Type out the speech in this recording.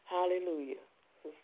Hallelujah